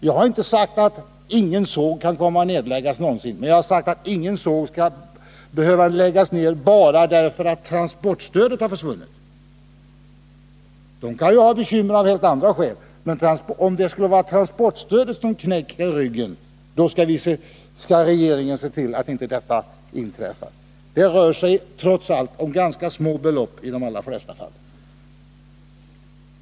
Jag har inte sagt att ingen såg någonsin skall komma att nedläggas. Men jag har sagt att ingen såg skall behöva läggas ned bara därför att transportstödet har försvunnit. Sågverken kan ju ha bekymmer av helt andra skäl, men om det skulle vara transportstödet som så att säga knäcker ryggen, då skall regeringen se till att något sådant inte inträffar. Det rör sig trots allt om ganska små belopp i de allra flesta fall.